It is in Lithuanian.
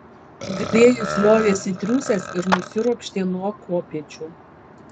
grėjus liovėsi triūsęs ir nusiropštė nuo kopėčių